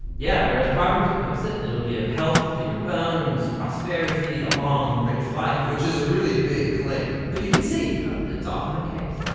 yeah, or as proverbs puts it it'll give health to your bones, prosperity, a long, rich life. which is a really big claim. but you can see how it's often the case.